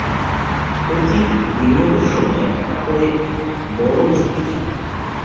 প্রতি বিনিয়োগের সময় একটা করে বড়ো ঝুঁকি থাকে